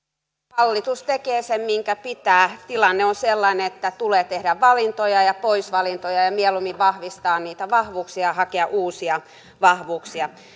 hallitus tekee sen mitä pitää tilanne on sellainen että tulee tehdä valintoja ja poisvalintoja ja mieluummin vahvistaa niitä vahvuuksia ja hakea uusia vahvuuksia